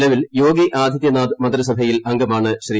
നിലവിൽ യോഗി ആദിത്യനാഥ് മന്ത്രിസഭയിൽ അംഗമാണ് ശ്രീ